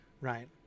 right